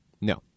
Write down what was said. No